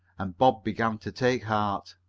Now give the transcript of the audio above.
and bob began to take heart.